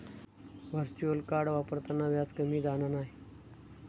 virtual card वापरताना व्याज कमी जाणा नाय